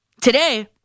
Today